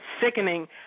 sickening